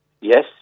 Yes